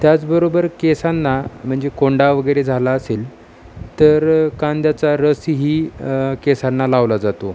त्याचबरोबर केसांना म्हणजे कोंडा वगैरे झाला असेल तर कांद्याचा रस ही केसांना लावला जातो